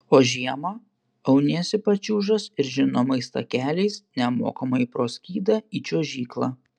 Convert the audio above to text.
o žiemą auniesi pačiūžas ir žinomais takeliais nemokamai pro skydą į čiuožyklą